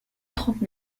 trente